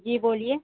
جی بولیے